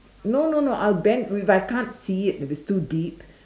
no no no I'll bend if I can't see it if it's too deep